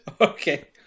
Okay